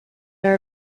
are